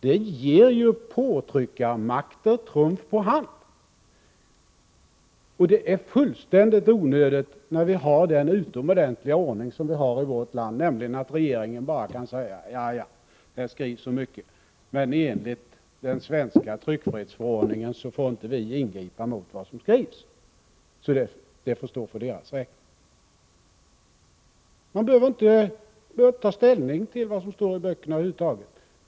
Det ger påtryckarmakter trumf på hand. Och det är fullständigt onödigt, eftersom vi i vårt land har den utomordentliga ordningen att regeringen bara kan säga: Ja ja, det skrivs så mycket, men enligt den svenska tryckfrihetsförordningen får vi inte ingripa mot vad som skrivs, så det får stå för författarnas räkning. Regeringen behöver alltså över huvud taget inte ta ställning till vad som står i olika böcker.